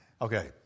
Okay